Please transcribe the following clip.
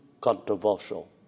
controversial